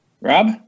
Rob